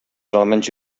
alemanys